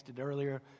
earlier